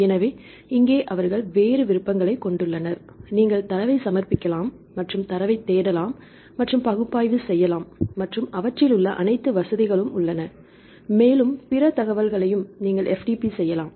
எனவே இங்கே அவர்கள் வேறு விருப்பங்களைக் கொண்டுள்ளனர் நீங்கள் தரவைச் சமர்ப்பிக்கலாம் மற்றும் தரவைத் தேடலாம் மற்றும் பகுப்பாய்வு செய்யலாம் மற்றும் அவற்றில் உள்ள அனைத்து வசதிகளும் உள்ளன மேலும் பிற தகவல்களையும் நீங்கள் FTP செய்யலாம்